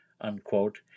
unquote